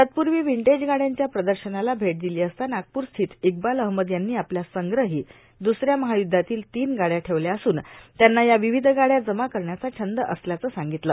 तत्पूर्वी विंटेज गाड्यांच्या प्रदर्शनाला भेट दिली असता नागपूरस्थित इक्बाल अहमद यांनी आपल्या संग्रही दुसऱ्या महायुद्धातील तीन गाड्या ठेवल्या असून त्यांना या विविध गाड्या जमा करण्याचा छंद असल्याचं सांगितलं